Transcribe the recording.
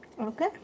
Okay